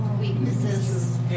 Weaknesses